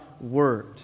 Word